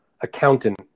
accountant